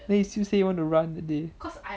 then you still say you want to run today